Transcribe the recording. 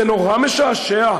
זה נורא משעשע.